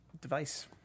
device